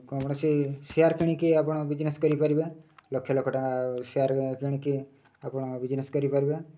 କୌଣସି ସେୟାର୍ କିଣିକି ଆପଣ ବିଜ୍ନେସ୍ କରିପାରିବେ ଲକ୍ଷ ଲକ୍ଷ ଟଙ୍କା ସେୟାର୍ କିଣିକି ଆପଣ ବିଜ୍ନେସ୍ କରିପାରିବେ